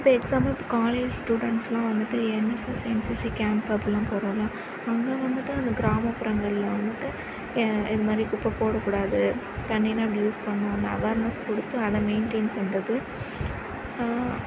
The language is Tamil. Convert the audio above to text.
இப்போ எக்ஸாம்புளுக்கு காலேஜ் ஸ்டூடென்ஸெலாம் வந்துட்டு என்எஸ்எஸ் என்சிசி கேம்ப் அப்படிலாம் போகிறோம்ல அங்கே வந்துவிட்டு அந்த கிராமப்புறங்களில் வந்துட்டு ஏன் இது மாதிரி குப்பை போடக்கூடாது தண்ணியெல்லாம் இப்படி யூஸ் பண்ணணும் அந்த அவேர்னஸ் கொடுத்து அதை மெயின்டேன் பண்ணுறது